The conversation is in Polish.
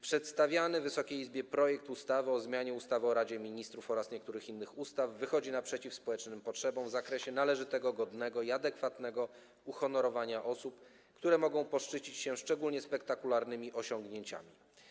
Przedstawiany Wysokiej Izbie projekt ustawy o zmianie ustawy o Radzie Ministrów oraz niektórych innych ustaw wychodzi naprzeciw społecznym oczekiwaniom w zakresie należytego, godnego i adekwatnego uhonorowania osób, które mogą poszczycić się szczególnie spektakularnymi osiągnięciami.